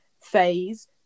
phase